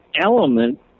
element